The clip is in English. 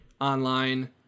online